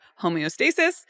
homeostasis